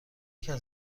کسی